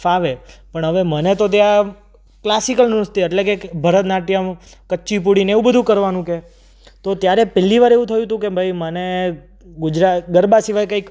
ફાવે પણ હવે મને તો ત્યાં ક્લાસિકલ નૃત્ય એટલે કે ભરતનાટ્યમ કૂચીપુડી ને એવું બધું કરવાનું કહે તો ત્યારે પહેલીવાર એવું થયું હતું કે ભાઈ મને ગુજરાત ગરબા સિવાય કંઈક